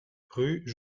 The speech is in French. rue